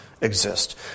exist